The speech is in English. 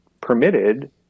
permitted